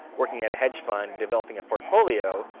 working at a hedge fund, developing a portfolio.